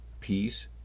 peace